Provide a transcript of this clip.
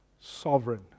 sovereign